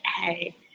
hey